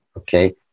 okay